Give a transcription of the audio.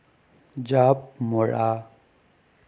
জাঁপ মৰা